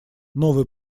новый